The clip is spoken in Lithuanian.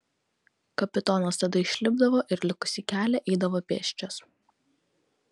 kapitonas tada išlipdavo ir likusį kelią eidavo pėsčias